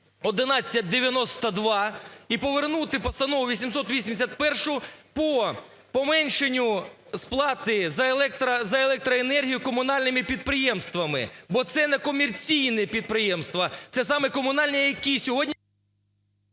1192 і повернути Постанову 881 по поменшанню сплати за електроенергію комунальними підприємствами, бо це не комерційні підприємства, це саме комунальні, які сьогодні…